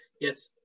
yes